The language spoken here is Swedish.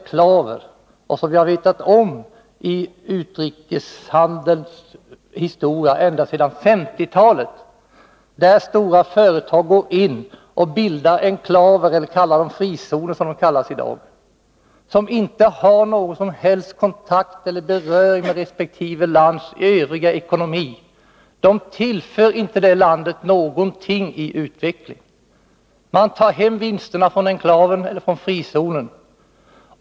enklaver — det har vi vetat om ända sedan 1950-talet. Stora företag går in och bildar enklaver — eller frizoner, som de kallas i dag — som inte har någon som helst beröring med resp. lands övriga ekonomi. De tillför inte landet någonting när det gäller utveckling. Företagen tar hem vinsterna från enklaven eller frizonen.